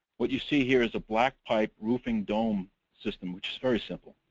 what you see here is a black pipe roofing dome system, which is very simple.